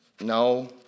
No